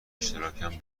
اشتراکم